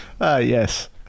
Yes